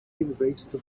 invasive